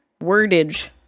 wordage